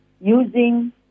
using